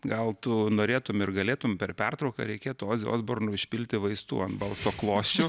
gal tu norėtum ir galėtum per pertrauką reikėtų ozi osbornui išpilti vaistų ant balso klosčių